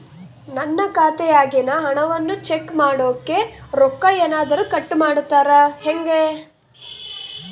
ನನ್ನ ಖಾತೆಯಾಗಿನ ಹಣವನ್ನು ಚೆಕ್ ಮಾಡೋಕೆ ರೊಕ್ಕ ಏನಾದರೂ ಕಟ್ ಮಾಡುತ್ತೇರಾ ಹೆಂಗೆ?